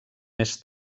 més